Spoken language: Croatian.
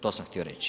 To sam htio reći.